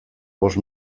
bost